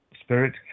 spirit